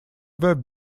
web